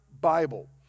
Bible